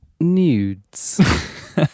nudes